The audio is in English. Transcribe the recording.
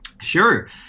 Sure